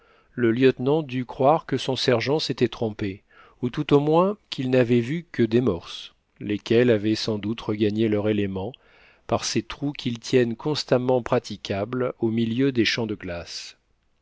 le lieutenant dut croire que son sergent s'était trompé ou tout au moins qu'il n'avait vu que des morses lesquels avaient sans doute regagné leur élément par ces trous qu'ils tiennent constamment praticables au milieu des champs de glace